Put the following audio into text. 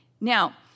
Now